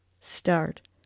start